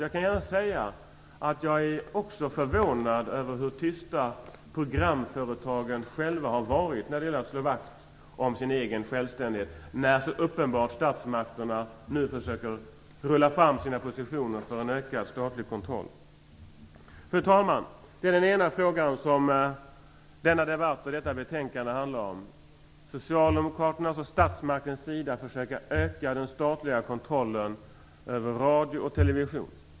Jag kan gärna säga att jag också är förvånad över hur tysta programföretagen har varit när det gäller att slå vakt om den egna självständigheten, när statsmakten nu så uppenbart försöker skjuta fram sina positioner för en ökad statlig kontroll. Fru talman! Det är den ena frågan som denna debatt och detta betänkande handlar om: socialdemokraternas och statsmaktens försök att öka den statliga kontrollen över radio och television.